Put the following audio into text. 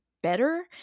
better